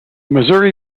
missouri